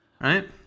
right